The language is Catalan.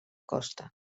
costa